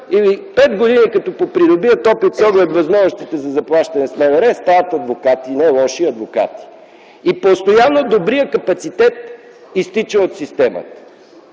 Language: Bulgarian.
пет години опит с оглед с възможностите за заплащане в МВР, стават адвокати, не лоши адвокати. И постоянно добрият капацитет изтича от системата.